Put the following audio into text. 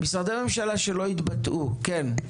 משרדי ממשלה שלא התבטאו, כן.